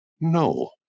No